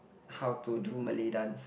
how to do Malay dance